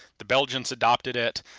the belgians adopted it.